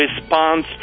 response